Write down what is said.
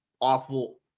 Awful